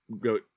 go